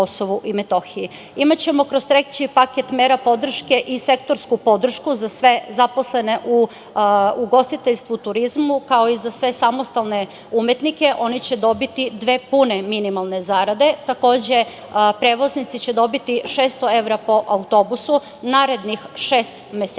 kroz treći paket mera podrške i sektorsku podršku za sve zaposlene u ugostiteljstvu, turizmu, kao i za sve samostalne umetnike oni će dobiti dve pune minimalne zarade. Takođe, prevoznici će dobiti 600 evra po autobusu narednih šest meseci